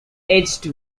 edged